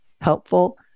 helpful